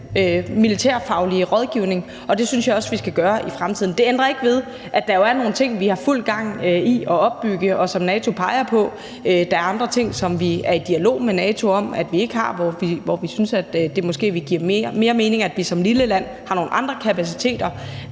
militærfaglige rådgivning, og det synes jeg også vi skal gøre i fremtiden. Det ændrer ikke ved, at der jo er nogle ting, vi har fuld gang i at opbygge, og som NATO peger på. Der er andre ting, som vi er i dialog med NATO om, og som vi ikke har, og hvor vi synes, at det måske ville give mere mening, at vi som et lille land har nogle andre kapaciteter.